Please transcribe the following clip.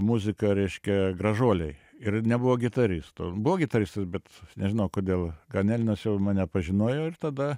muziką reiškia gražuolei ir nebuvo gitaristo buvo gitaristas bet nežinau kodėl ganelinas jau mane pažinojo ir tada